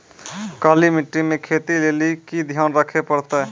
काली मिट्टी मे खेती लेली की ध्यान रखे परतै?